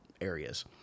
areas